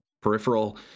peripheral